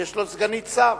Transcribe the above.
יש סגנית שר,